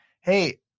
Hey